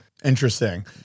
Interesting